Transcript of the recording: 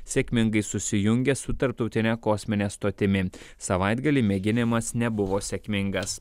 sėkmingai susijungė su tarptautine kosmine stotimi savaitgalį mėginimas nebuvo sėkmingas